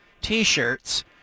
T-shirts